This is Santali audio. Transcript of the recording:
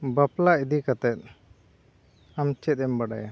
ᱵᱟᱯᱞᱟ ᱤᱫᱤᱠᱟᱛᱮᱫ ᱟᱢ ᱪᱮᱫ ᱮᱢ ᱵᱟᱰᱟᱭᱟ